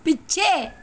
ਪਿੱਛੇ